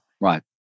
Right